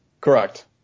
Correct